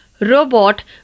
robot